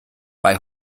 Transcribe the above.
bei